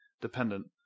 dependent